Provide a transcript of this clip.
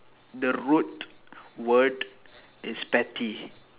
the root word is petty